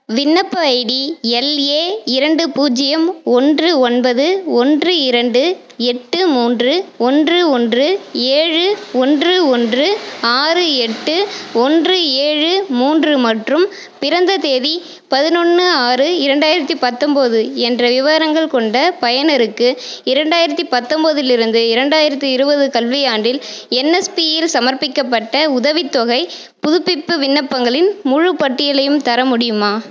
விண்ணப்ப ID LA இரண்டு பூஜ்ஜியம் ஒன்று ஒன்பது ஒன்று இரண்டு எட்டு மூன்று ஒன்று ஒன்று ஏழு ஒன்று ஒன்று ஆறு எட்டு ஒன்று ஏழு மூன்று மற்றும் பிறந்த தேதி பதினொன்று ஆறு இரண்டாயிரத்து பத்தொம்பது என்ற விவரங்கள் கொண்ட பயனருக்கு இரண்டாயிரத்து பத்தொம்பதிலிருந்து இரண்டாயிரத்து இருபது கல்வியாண்டில் என்எஸ்பியில் சமர்ப்பிக்கப்பட்ட உதவித்தொகைப் புதுப்பிப்பு விண்ணப்பங்களின் முழுப்பட்டியலையும் தர முடியுமா